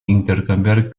intercambiar